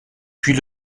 puis